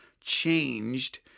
changed